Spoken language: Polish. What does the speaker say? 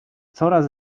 coraz